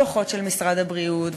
דוחות של משרד הבריאות,